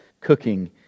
cooking